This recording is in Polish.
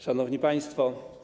Szanowni Państwo!